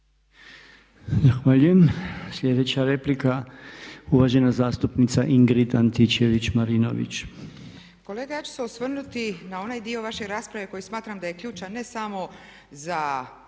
Zahvaljujem. Sljedeća replika uvažena zastupnica Ingrid Antičević Marinović.